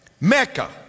Mecca